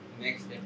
Next